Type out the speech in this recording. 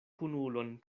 kunulon